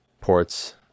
ports